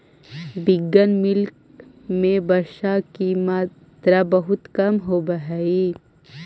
vegan milk में वसा के मात्रा बहुत कम होवऽ हइ